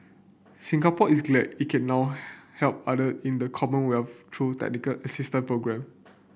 Singapore is glad it can now help other in the Commonwealth through technical assistance programme